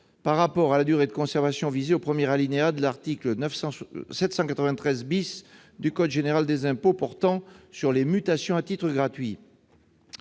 au terme de la durée de conservation visée au premier alinéa de l'article 793 du code général des impôts portant sur les mutations à titre gratuit.